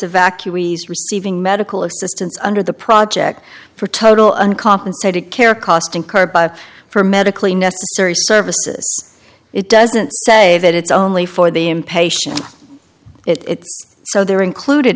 evacuees receiving medical assistance under the project for total uncompensated care cost incurred by for medically necessary services it doesn't say that it's only for the impatient it so they're included